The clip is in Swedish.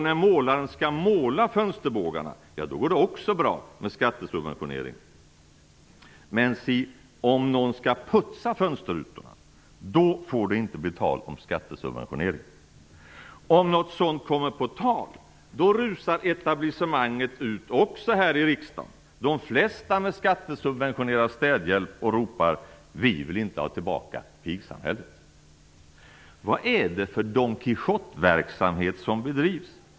När målaren skall måla fönsterbågarna är det också bra med skattesubventionering. Men si om någon skall putsa fönsterrutorna, då får det inte bli tal om skattesubventionering. Om något sådant kommer på tal rusar etablissemanget ut, också här i riksdagen, de flesta med skattesubventionerad städhjälp, och ropar: Vi vill inte ha tillbaka pigsamhället! Vad är det för Don Quijote-verksamhet som bedrivs?